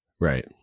Right